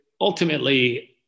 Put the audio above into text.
ultimately